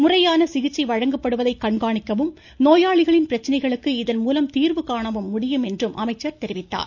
முறையான சிகிச்சை வழங்கப்படுவதை கண்காணிக்கவும் நோயாளிகளின் பிரச்னைகளுக்கு இதன்மூலம் தீர்வுகாணவும் முடியும் எனவும் அவர் கூறினார்